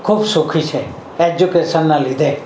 ખૂબ સુખી છે એજ્યુકેશનના લીધે